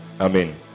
Amen